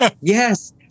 yes